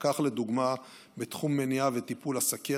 כך לדוגמה בתחום מניעה וטיפול בסוכרת,